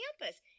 campus